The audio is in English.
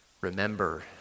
remember